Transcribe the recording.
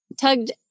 tugged